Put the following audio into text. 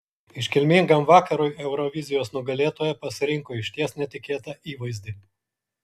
iškilmingam vakarui eurovizijos nugalėtoja pasirinko išties netikėtą įvaizdį